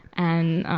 and, ah,